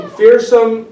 fearsome